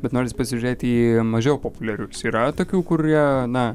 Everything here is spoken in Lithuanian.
bet noris pasižiūrėti į mažiau populiarius yra tokių kurie na